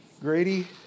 Grady